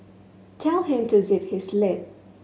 tell him to zip his lip